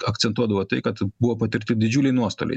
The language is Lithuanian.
akcentuodavo tai kad buvo patirti didžiuliai nuostoliai